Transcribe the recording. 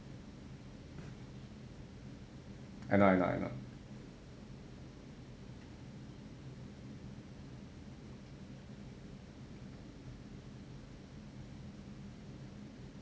I know I know I know